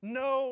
no